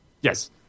Yes